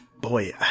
boy